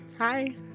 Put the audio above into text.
Hi